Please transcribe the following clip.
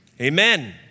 Amen